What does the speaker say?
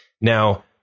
Now